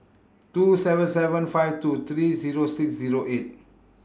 two seven seven five two three Zero six Zero eight